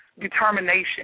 Determination